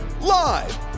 Live